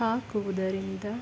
ಹಾಕುವುದರಿಂದ